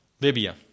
Libya